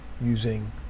using